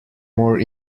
more